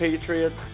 Patriots